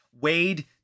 Wade